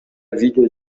видео